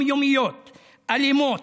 אלימות,